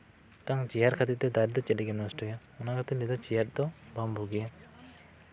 ᱢᱤᱫᱴᱟᱝ ᱪᱮᱭᱟᱨ ᱠᱷᱟᱹᱛᱤᱨ ᱛᱮ ᱫᱟᱨᱮ ᱫᱚ ᱪᱮᱫ ᱞᱟᱹᱜᱤᱫ ᱮᱢ ᱱᱚᱥᱴᱚᱭᱟ ᱚᱱᱟ ᱠᱷᱟᱹᱛᱤᱨ ᱛᱮ ᱞᱟᱹᱭᱫᱟ ᱪᱮᱭᱟᱨ ᱫᱚ ᱵᱟᱝ ᱵᱩᱜᱮᱭᱟ